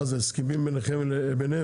מה זה, זה הסכמים ביניכם לבינם?